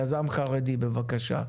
יזם חרדי, בבקשה.